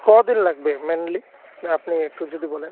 কদিন লাগবে মেনলি আপনি একটু যদি বলেন